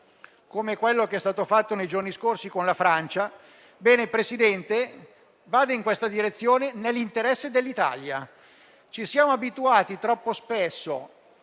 come quello che è stato fatto nei giorni scorsi con la Francia, bene, signor Presidente del Consiglio, vada in questa direzione nell'interesse dell'Italia. Ci siamo abituati troppo spesso